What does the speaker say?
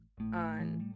on